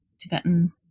tibetan